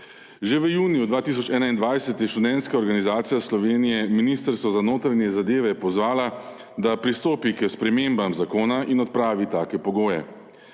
Že v juniju 2021 je Študentska organizacija Slovenije Ministrstvo za notranje zadeve pozvala, da pristopi k spremembam zakona in odpravi take pogoje.